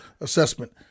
assessment